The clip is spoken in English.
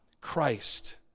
Christ